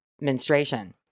menstruation